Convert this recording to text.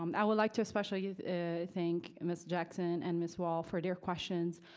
um i would like to especially thank miss jackson and miss wall for their questions,